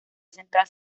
central